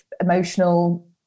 emotional